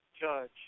judge